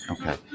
Okay